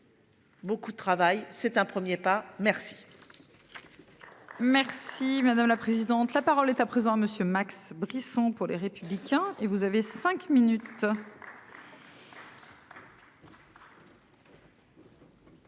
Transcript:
Beaucoup de travail c'est un 1er pas merci.